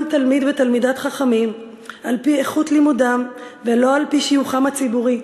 תלמיד ותלמידת חכמים על-פי איכות לימודם ולא על-פי שיוכם הציבורי,